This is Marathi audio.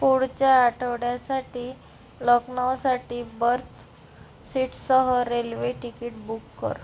पुढच्या आठवड्यासाठी लखनऊसाठी बर्थ सीटसह रेल्वे तिकीट बुक कर